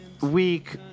week